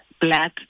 black